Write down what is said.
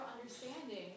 understanding